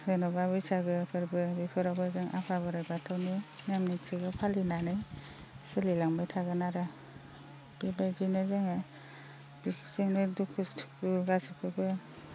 जेन'बा बैसागो फोरबो बेफोरावबो जों आफा बोराइ बाथौनो नेम निथिखौ फालिनानै सोलिलांबाय थागोन आरो बेबायदिनो जोङो बेजोंनो दुखु सुखु गासिखौबो